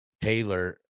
Taylor